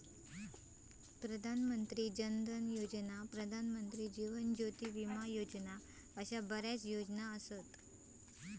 प्रधान मंत्री जन धन योजना, प्रधानमंत्री जीवन ज्योती विमा योजना अशा बऱ्याच योजना असत